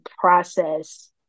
process